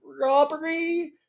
robbery